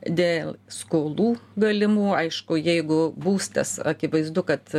dėl skolų galimų aišku jeigu būstas akivaizdu kad